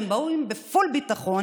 הם באים בפול ביטחון